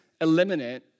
eliminate